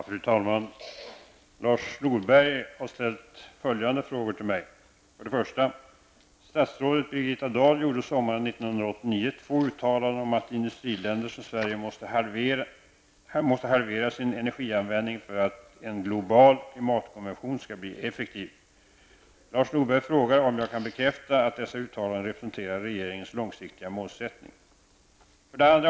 Fru talman! Lars Norberg har ställt följande frågor till mig: två uttalanden om att industriländer som Sverige måste halvera sin energianvändning för att en global klimatkonvention skall bli effektiv. Lars Norberg frågar om jag kan bekräfta att dessa uttalanden representerar regeringens långsiktiga målsättning. 2.